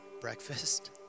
breakfast